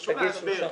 חשוב להסביר.